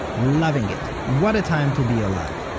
loving it. what a time to be alive!